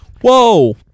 Whoa